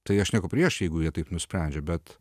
tai aš nieko prieš jeigu jie taip nusprendžia bet